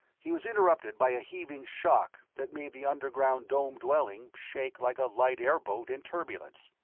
he was interrupted by a heaving shock that made the underground dome dwelling shake like a light airboat in turbulence.